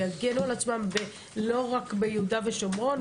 ויגנו על עצמם לא רק ביהודה ושומרון,